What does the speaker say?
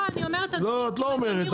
לא אני אומרת אדוני -- לא את לא אומרת,